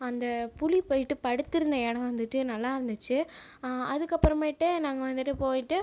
அந்த புலி போயிட்டு படுத்திருந்த இடம் வந்துட்டு நல்லா இருந்துச்சு அதுக்கப்புறமேட்டு நாங்கள் வந்துட்டு போயிட்டு